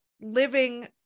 living